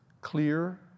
clear